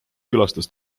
külastas